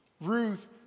Ruth